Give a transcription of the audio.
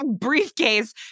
briefcase